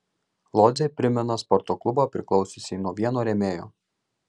lodzė primena sporto klubą priklausiusį nuo vieno rėmėjo